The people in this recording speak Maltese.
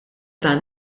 dan